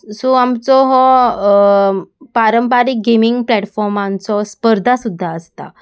so आमचो हो पारंपारीक गेमींग प्लेटफॉर्मांचो स्पर्धा सुद्दां आसता